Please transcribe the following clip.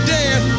death